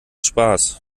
spaß